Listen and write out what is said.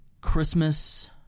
Christmas